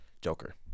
Joker